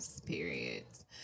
periods